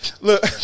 Look